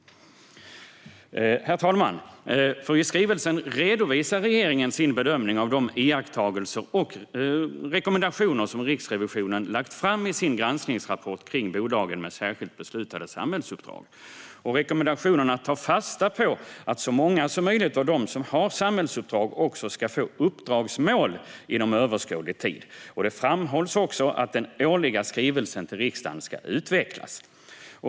Herr talman! I skrivelsen redovisar regeringen sin bedömning av de iakttagelser och rekommendationer som Riksrevisionen lagt fram i sin granskningsrapport kring bolagen med särskilt beslutade samhällsuppdrag. Rekommendationerna tar fasta på att så många som möjligt av de bolag som har samhällsuppdrag också ska få uppdragsmål inom överskådlig tid. Det framhålls även att den årliga skrivelsen till riksdagen ska utvecklas.